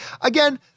Again